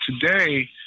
today